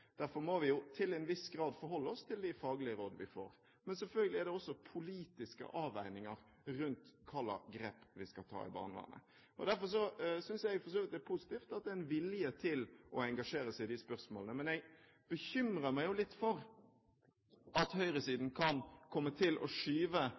Derfor må vi jo til en viss grad forholde oss til de faglige råd vi får. Men selvfølgelig er det også politiske avveininger rundt hva slags grep vi skal ta i barnevernet. Derfor synes jeg for så vidt det er positivt at det er en vilje til å engasjere seg i de spørsmålene. Men jeg bekymrer meg jo litt for at